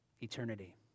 eternity